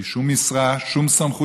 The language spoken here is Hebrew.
בלי שום משרה, שום סמכות.